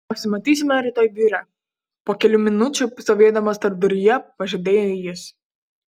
pasimatysime rytoj biure po kelių minučių stovėdamas tarpduryje pažadėjo jis